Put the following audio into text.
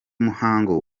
muhango